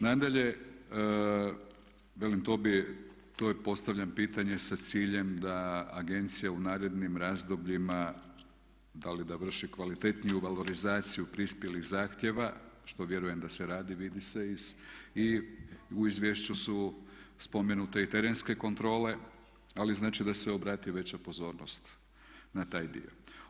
Nadalje, velim to bi, to postavljam pitanje sa ciljem da agencija u narednim razdobljima, da li da vrši kvalitetniju valorizaciju prispjelih zahtjeva što vjerujem da se radi, vidi se iz, i u izvješću su spomenute i terenske kontrole ali znači da se obrati veća pozornost na taj dio.